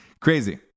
crazy